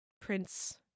prince